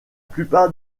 plupart